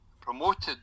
promoted